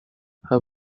her